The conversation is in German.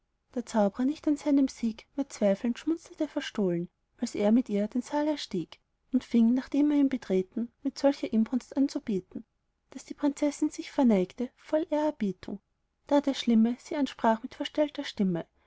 der zaubrer nicht an seinem sieg mehr zweifelnd schmunzelte verstohlen als er mit ihr den saal erstieg und fing nachdem er ihn betreten mit solcher inbrunst an zu beten daß die prinzessin sich verneigte voll ehrerbietung da der schlimme sie ansprach mit verstellter stimme